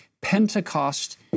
Pentecost